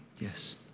yes